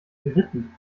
geritten